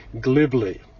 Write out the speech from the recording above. glibly